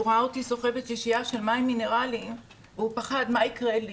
הוא ראה אותי סוחבת שישייה של מים מינרלים והוא פחד מה יקרה לי